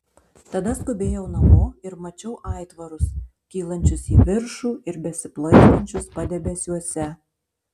tada skubėjau namo ir mačiau aitvarus kylančius į viršų ir besiplaikstančius padebesiuose